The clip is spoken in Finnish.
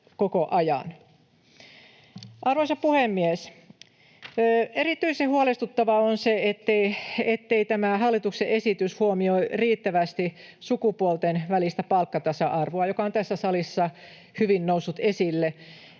Arvoisa puhemies! Erityisen huolestuttavaa on se, ettei tämä hallituksen esitys huomioi riittävästi sukupuolten välistä palkkatasa-arvoa, mikä on tässä salissa hyvin noussut esille.